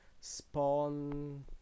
spawn